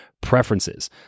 preferences